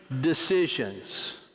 decisions